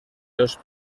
los